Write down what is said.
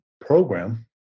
program